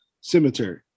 cemetery